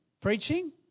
preaching